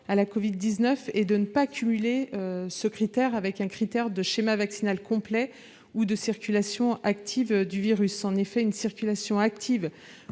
à la covid-19 sans cumuler ce critère avec la notion de schéma vaccinal complet ou de circulation active du virus. En effet, une circulation active